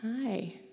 Hi